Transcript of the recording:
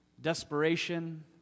desperation